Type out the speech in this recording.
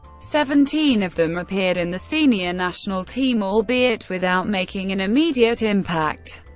seventeen of them appeared in the senior national team, albeit without making an immediate impact.